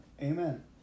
Amen